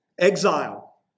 Exile